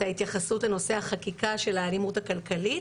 ההתייחסות לנושא החקיקה של האלימות הכלכלית.